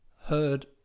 heard